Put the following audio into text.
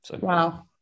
wow